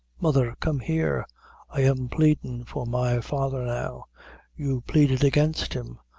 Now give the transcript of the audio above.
mother, come here i am pleadin' for my father now you pleaded against him,